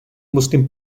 muslim